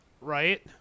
right